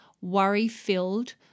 worry-filled